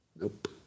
Nope